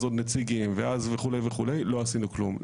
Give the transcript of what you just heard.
עוד נציגים וכו' וכו' לא עשינו כלום,